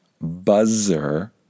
buzzer